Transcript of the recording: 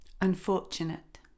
Unfortunate